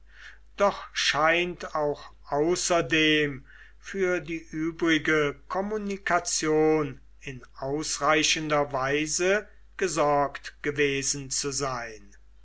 doch scheint auch außerdem für die übrige kommunikation in ausreichender weise gesorgt gewesen zu sein